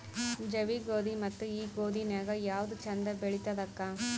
ಜವಿ ಗೋಧಿ ಮತ್ತ ಈ ಗೋಧಿ ನ್ಯಾಗ ಯಾವ್ದು ಛಂದ ಬೆಳಿತದ ಅಕ್ಕಾ?